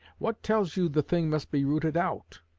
what tells you the thing must be rooted out